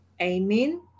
Amen